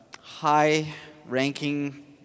high-ranking